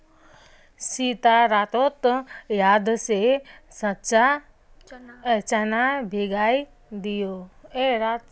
सीता रातोत याद से चना भिगइ दी बो